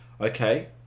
Okay